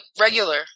regular